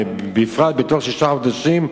בפרט בתוך שישה חודשים,